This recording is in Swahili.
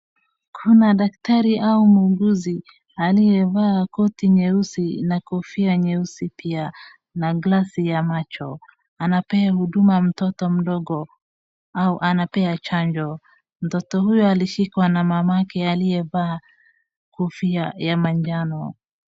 Kuna daktari au muuguzi aliyevaa koti nyeusi na kofia nyeusi pia na glasi ya macho, anapea huduma mtoto mdogo au anapea chanjo. Mtoto huyo alishikwa na mamake aliyevaa kofia ya manjano.